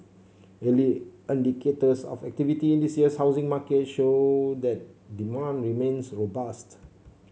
early indicators of activity in this year's housing market show that demand remains robust